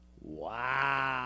Wow